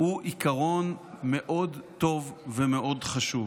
הוא עיקרון מאוד טוב ומאוד חשוב.